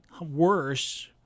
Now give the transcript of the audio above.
worse